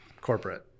corporate